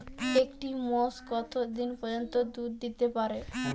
একটি মোষ কত দিন পর্যন্ত দুধ দিতে পারে?